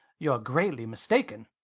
you're greatly mistaken.